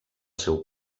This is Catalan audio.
seu